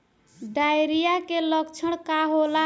Diarrhoea के लक्षण का होला?